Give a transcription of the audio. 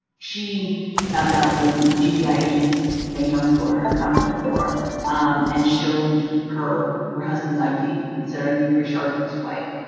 she found out when gbi agents banged on her door knocked on her door um and showed her her husband's id and said, are you rayshard brooks' wife?